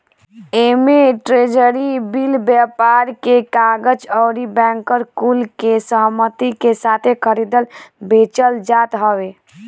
एमे treasury bill, व्यापार के कागज अउरी बैंकर कुल के सहमती के साथे खरीदल बेचल जात हवे